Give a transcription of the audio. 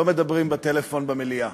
לא מדברים בטלפון במליאה.